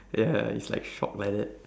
ya it's like shocked like that